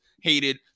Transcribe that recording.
hated